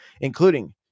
including